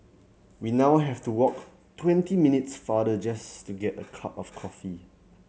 we now have to walk twenty minutes farther just to get a cup of coffee